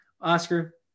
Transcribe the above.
Oscar